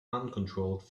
uncontrolled